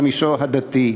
במישור הדתי.